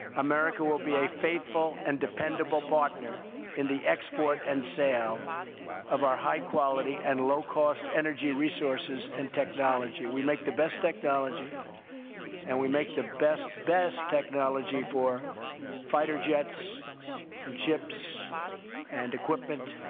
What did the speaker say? america will be a faithful and dependable partner in the export and sale of our high-quality and low-cost energy resources and technologies. we make the best technology and we make the best, best technology for fighter jets and ships and equipment,